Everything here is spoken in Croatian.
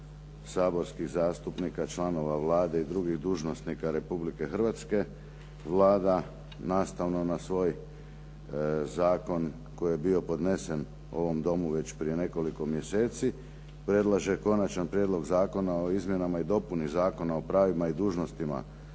saborskih zastupnika, članova Vlade i drugih dužnosnika Republike Hrvatske, Vlada nastavno na svoj zakon koji je bio podnesen ovom Domu već prije nekoliko mjeseci, predlaže Konačan prijedlog Zakona o izmjenama i dopuni Zakona o pravima i dužnostima